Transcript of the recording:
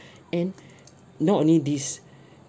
and not only this